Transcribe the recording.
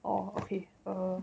oh okay err